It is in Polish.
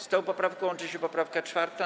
Z tą poprawką łączy się poprawka 4.